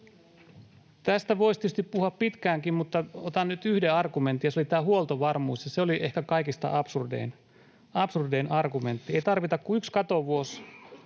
Tästä voisi tietysti puhua pitkäänkin, mutta otan nyt yhden argumentin, ja se oli tämä huoltovarmuus, ja se oli ehkä kaikista absurdein argumentti. Ei tarvita kuin yksi katovuosi,